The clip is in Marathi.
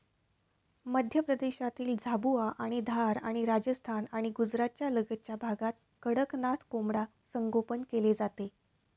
मध्य प्रदेशातील झाबुआ आणि धार आणि राजस्थान आणि गुजरातच्या लगतच्या भागात कडकनाथ कोंबडा संगोपन केले जाते